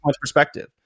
perspective